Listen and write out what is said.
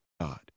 God